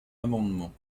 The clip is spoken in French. amendement